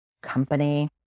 company